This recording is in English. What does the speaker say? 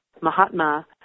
Mahatma